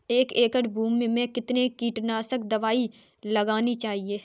एक एकड़ भूमि में कितनी कीटनाशक दबाई लगानी चाहिए?